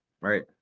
Right